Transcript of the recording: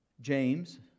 James